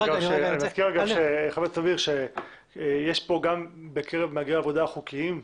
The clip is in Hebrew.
אני מזכיר פה רגע שיש פה גם בקרב מהגרי העבודה החוקיים,